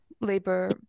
labor